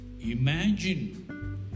imagine